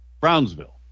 Brownsville